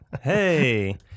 Hey